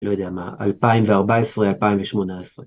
לא יודע מה, 2014-2018.